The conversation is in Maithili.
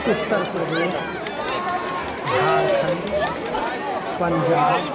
उत्तर प्रदेश झरखण्ड पंजाब